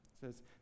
says